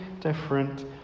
different